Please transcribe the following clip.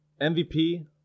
MVP